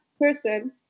person